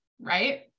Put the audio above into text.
right